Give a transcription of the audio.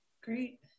Great